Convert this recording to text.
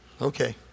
Okay